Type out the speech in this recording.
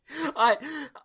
I-